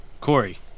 corey